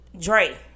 Dre